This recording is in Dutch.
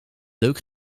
leuk